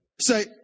Say